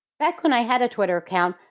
back when i had a twitter account,